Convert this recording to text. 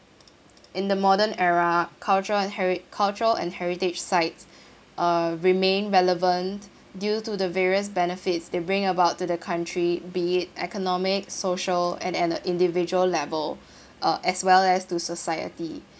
in the modern era cultural and heri~ cultural and heritage sites uh remain relevant due to the various benefits that bring about to the country be it economic social and at a individual level uh as well as to society